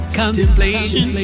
contemplation